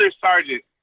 sergeant